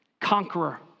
conqueror